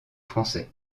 français